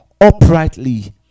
uprightly